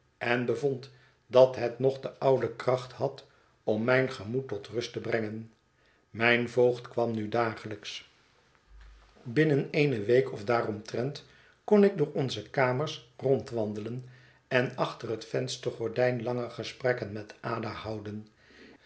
en bevond dat het nog de oude kracht had om mijn gemoed tot rust te brengen mijn voogd kwam nu dagelijks binnen eene week of daaromtrent kon ik door onze kamers rondwandelen en achter het venstergordijn lange gesprekken met ada houden